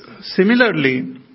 similarly